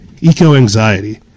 Eco-anxiety